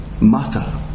matter